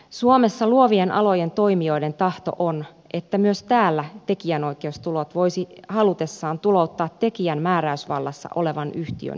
suomessa luovien alojen toimijoiden tahto on että myös täällä tekijänoikeustulot voisi halutessaan tulouttaa tekijän määräysvallassa olevan yhtiön elinkeinotuloksi